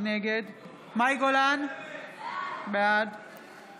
נגד מאי גולן, בעד